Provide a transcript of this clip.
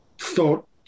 thought